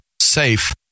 safe